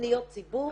פניות ציבור.